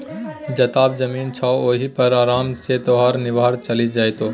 जतबा जमीन छौ ओहि पर आराम सँ तोहर निर्वाह चलि जेतौ